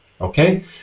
okay